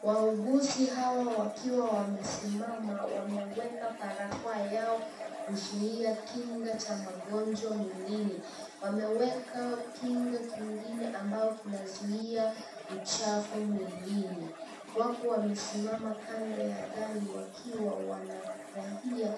Wauguzi hawa wakiwa wamesimama wameweka barakoa yao kuzuia kinga cha magonjwa mwilini. Wameweka kinga kingine ambao kinazuia uchafu mwilini. Wako wamesimama kando ya gari wakiwa wanafurahia